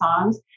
songs